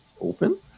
open